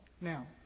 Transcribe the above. Now